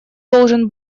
должен